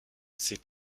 ces